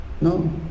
No